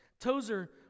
Tozer